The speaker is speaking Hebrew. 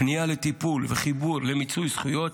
הפניה לטיפול וחיבור למיצוי זכויות.